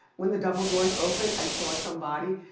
when the double doors opened, i saw somebody.